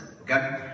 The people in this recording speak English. Okay